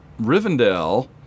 Rivendell—